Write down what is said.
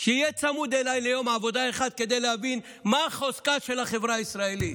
שיהיה צמוד אליי ליום עבודה אחד כדי להבין מה חוזקה של החברה הישראלית.